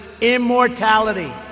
immortality